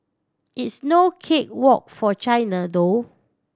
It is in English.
it's no cake walk for China though